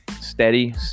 steady